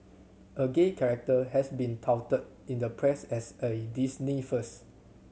a gay character has been touted in the press as a Disney first